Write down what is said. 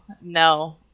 No